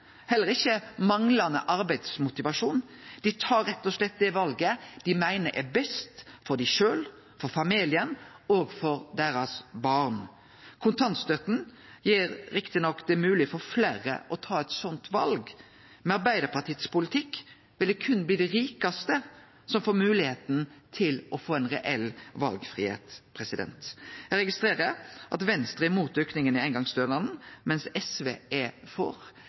heller ikkje manglande arbeidsmotivasjon. Dei tar rett og slett det valet dei meiner er best for seg sjølv, for familien og for barna sine. Kontantstøtta gjer det riktig nok mogleg for fleire å ta eit slikt val. Med Arbeidarpartiets politikk vil det berre bli dei rikaste som får moglegheita til å få ein reell valfridom. Eg registrerer at Venstre er imot auken i eingongsstønaden, mens SV er for.